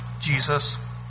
Jesus